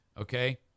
Okay